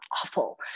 awful